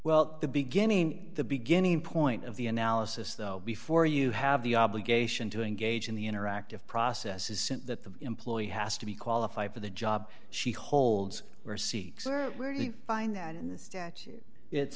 well the beginning the beginning point of the analysis though before you have the obligation to engage in the interactive process isn't that the employee has to be qualified for the job she holds or seek sir weirdly find that in the statute it's